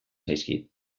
zaizkit